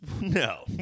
no